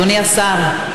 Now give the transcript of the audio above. אדוני השר,